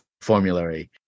formulary